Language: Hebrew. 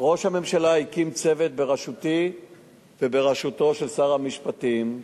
ראש הממשלה הקים צוות בראשותי ובראשות שר המשפטים,